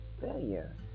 failure